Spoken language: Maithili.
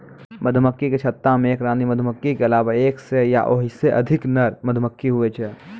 मधुमक्खी के छत्ता मे एक रानी मधुमक्खी के अलावा एक सै या ओहिसे अधिक नर मधुमक्खी हुवै छै